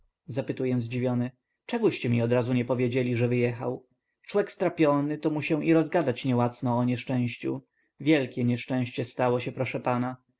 zapytuję zdziwiony dlaczegoście mi odrazu nie powiedzieli że wyjechał człek strapiony to mu się i rozgadać nie łacno o nieszczęściu wielkie nieszczęście stało się proszę pana